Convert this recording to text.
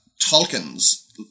Tolkien's